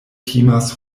timas